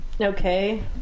Okay